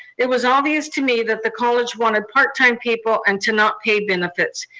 it was obvious to me that the college wanted part time people and to not pay benefits.